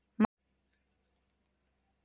मागणी कर्जाकडे सुरक्षित कर्ज म्हणून पाहिले जाऊ शकते